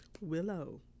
willow